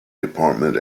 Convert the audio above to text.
department